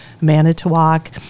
Manitowoc